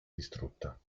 distrutta